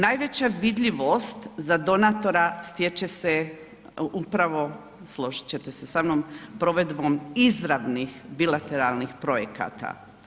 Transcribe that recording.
Najveća vidljivost za donatora stječe se upravo složiti ćete se samnom provedbom izravnih bilateralnih projekata.